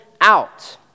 out